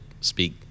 speak